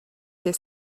this